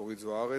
מי אחראי,